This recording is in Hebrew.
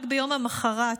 רק ביום המוחרת,